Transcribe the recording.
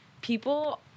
people